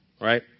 right